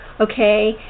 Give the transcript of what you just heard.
Okay